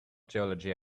geology